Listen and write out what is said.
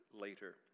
later